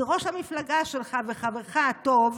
זה ראש המפלגה שלך וחברך הטוב,